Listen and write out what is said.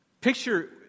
Picture